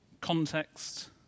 Context